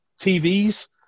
TVs